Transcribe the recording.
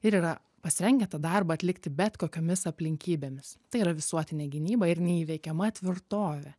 ir yra pasirengę tą darbą atlikti bet kokiomis aplinkybėmis tai yra visuotinė gynyba ir neįveikiama tvirtovė